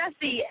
Jesse